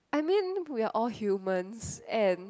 I mean we are all humans and